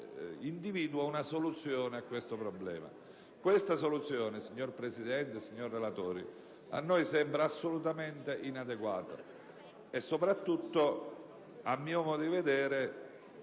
individua una soluzione a questo problema. Tale soluzione, signor Presidente, signori relatori, a noi sembra assolutamente inadeguata. Soprattutto, a mio modo di vedere,